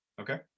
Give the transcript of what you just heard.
okay